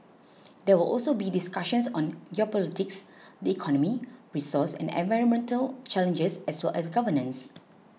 there will also be discussions on geopolitics the economy resource and environmental challenges as well as governance